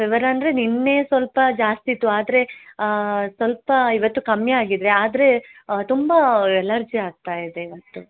fever ಅಂದರೆ ನೆನ್ನೆ ಸ್ವಲ್ಪ ಜಾಸ್ತಿ ಇತ್ತು ಆದರೆ ಸ್ವಲ್ಪ ಇವತ್ತು ಕಮ್ಮಿ ಆಗಿದೆ ಆದರೆ ತುಂಬ ಅಲರ್ಜಿ ಆಗ್ತಾಯಿದೆ ಇವತ್ತು